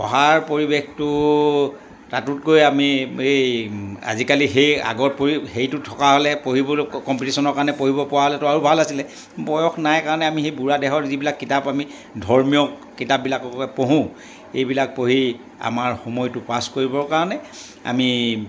পঢ়াৰ পৰিৱেশটো তাতোতকৈ আমি এই আজিকালি সেই আগত পৰি হেৰিটো থকা হ'লে পঢ়িবলৈ কম্পিটিশ্যনৰ কাৰণে পঢ়িব পৰা হ'লেতো আৰু ভাল আছিলে বয়স নাই কাৰণে আমি সেই বুঢ়া দেহৰ যিবিলাক কিতাপ আমি ধৰ্মীয় কিতাপবিলাককে পঢ়োঁ এইবিলাক পঢ়ি আমাৰ সময়টো পাছ কৰিবৰ কাৰণে আমি